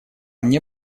мне